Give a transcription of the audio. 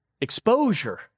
exposure